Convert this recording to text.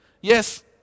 yes